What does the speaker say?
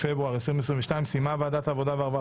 אפילו בזמנו של הליכוד החוק היה בוועדת הפנים.